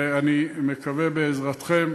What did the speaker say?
ואני מקווה בעזרתכם,